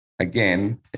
Again